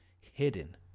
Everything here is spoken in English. Hidden